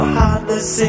heartless